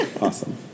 Awesome